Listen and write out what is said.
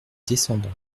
descendant